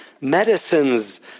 medicines